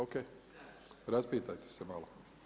O.k. Raspitajte se malo.